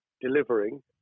delivering